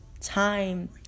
time